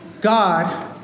God